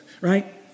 Right